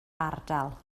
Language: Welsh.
ardal